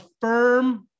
firm